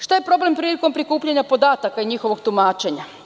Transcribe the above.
Šta je problem prilikom prikupljanja podataka i njihovog tumačenja?